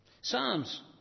psalms